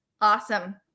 Awesome